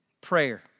prayer